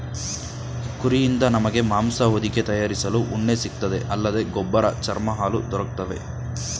ಕುರಿಯಿಂದ ನಮಗೆ ಮಾಂಸ ಹೊದಿಕೆ ತಯಾರಿಸಲು ಉಣ್ಣೆ ಸಿಗ್ತದೆ ಅಲ್ಲದೆ ಗೊಬ್ಬರ ಚರ್ಮ ಹಾಲು ದೊರಕ್ತವೆ